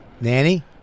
Nanny